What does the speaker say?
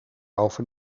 over